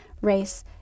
race